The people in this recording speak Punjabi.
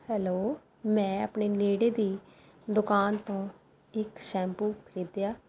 ਹੈਲੋ ਮੈਂ ਆਪਣੇ ਨੇੜੇ ਦੀ ਦੁਕਾਨ ਤੋਂ ਇੱਕ ਸ਼ੈਂਪੁ ਖਰੀਦਿਆ